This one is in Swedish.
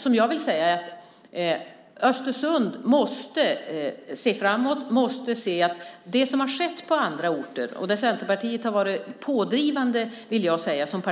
Slutligen vill jag säga att Östersund måste se framåt, måste se att det som skett på andra orter kommer att stimulera företagandet också i Jämtland och i Östersund.